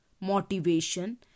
motivation